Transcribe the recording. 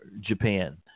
Japan